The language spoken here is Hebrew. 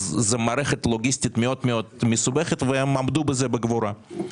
זאת מערכת לוגיסטית מאוד מסובכת והם עמדו בזה בגבורה.